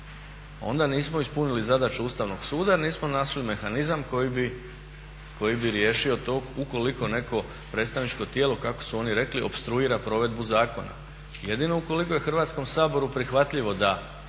onda nismo ispunili zadaću Ustavnog suda jer nismo našli mehanizam koji bi riješio to ukoliko neko predstavničko tijelo kako su oni rekli opstruira provedbu zakona. Jedino ukoliko je Hrvatskom saboru prihvatljivo da